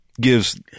gives